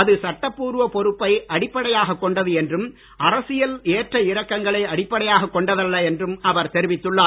அது சட்டப்பூர்வ பொறுப்பை அடிப்படையாகக் கொண்டது என்றும் அரசியல் ஏற்ற இறக்கங்களை அடிப்படையாகக் கொண்டதல்ல என்றும் அவர் தெரிவித்துள்ளார்